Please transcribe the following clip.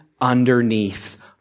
underneath